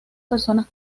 personas